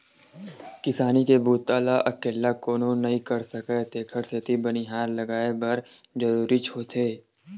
किसानी के बूता ल अकेल्ला कोनो नइ कर सकय तेखर सेती बनिहार लगये बर जरूरीच होथे